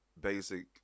basic